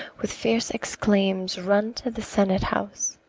with fierce exclaims run to the senate-house,